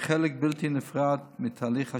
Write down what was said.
כחלק בלתי נפרד מתהליך השיווק.